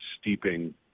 steeping